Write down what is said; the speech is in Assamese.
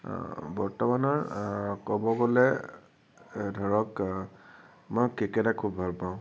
বৰ্তমানৰ ক'ব গ'লে ধৰক মই কে কে দাক খুব ভাল পাওঁ